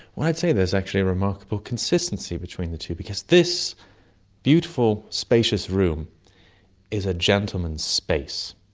i would say there's actually a remarkable consistency between the two because this beautiful spacious room is a gentleman's space,